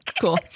Cool